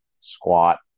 squat